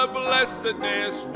blessedness